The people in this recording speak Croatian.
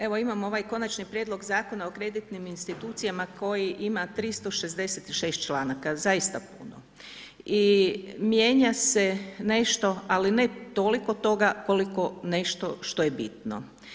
Evo imam ovaj Konačni prijedlog Zakona o kreditnim institucijama koji ima 366 članaka, zaista puno i mijenja se nešto, ali ne toliko toga koliko nešto što je bitno.